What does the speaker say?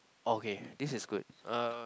okay this is good uh